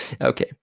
Okay